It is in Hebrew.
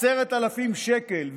10,000 שקל,